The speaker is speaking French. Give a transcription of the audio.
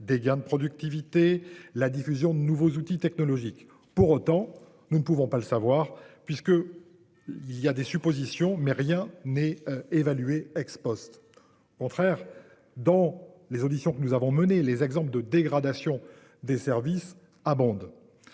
des gains de productivité. La diffusion de nouveaux outils technologiques. Pour autant, nous ne pouvons pas le savoir puisque il y a des suppositions. Mais rien n'est évalué ex Post. Contraire dans les auditions que nous avons mené les exemples de dégradation des services abonde.